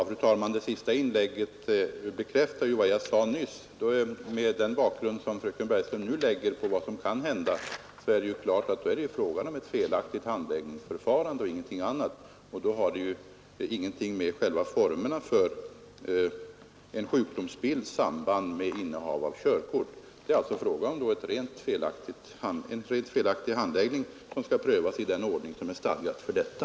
Fru talman! Det senaste inlägget bekräftar vad jag nysss sade. Om sådana fall inträffar som fröken Bergström här har omnämnt, är det givetvis fråga om en felaktig handläggning och ingenting annat. Det gäller då inte bedömningen av en sjukdoms inverkan på innehavet av körkort. Den rent formella handläggningen skall prövas i den ordning som är stadgad för detta.